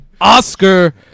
Oscar